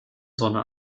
sonne